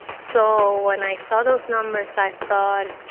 so when i saw those numbers, i thought,